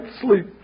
sleep